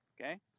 okay